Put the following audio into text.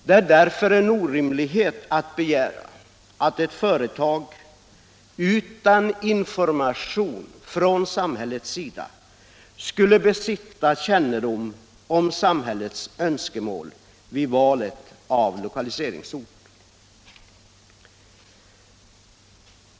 Det är därför orimligt att begära att ett företag utan information från samhället skall besitta kännedom om samhällets önskemål vid valet av lokaliseringsort.